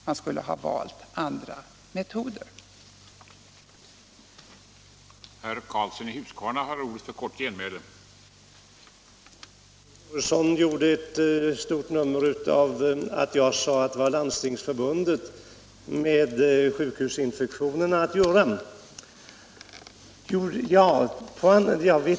Man skulle ha valt andra metoder.